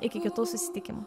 iki kitų susitikimų